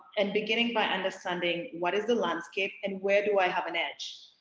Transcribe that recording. and beginning my understanding, what is the landscape? and where do i have an edge?